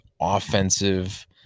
offensive